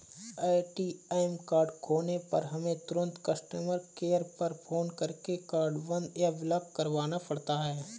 ATM card खोने पर हमें तुरंत कस्टमर केयर पर फ़ोन करके कार्ड बंद या ब्लॉक करवाना पड़ता है